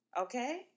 Okay